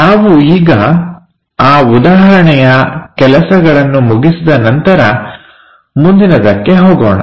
ನಾವು ಈಗ ಆ ಉದಾಹರಣೆಯ ಕೆಲಸಗಳನ್ನು ಮುಗಿಸಿದ ನಂತರ ಮುಂದಿನದಕ್ಕೆ ಹೋಗೋಣ